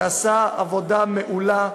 שעשה עבודה מעולה,